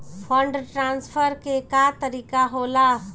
Fund transfer के का तरीका होला?